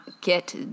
get